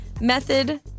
method